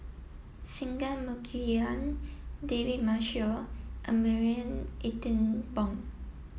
Singai Mukilan David Marshall and Marie Ethel Bong